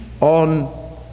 on